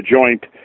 joint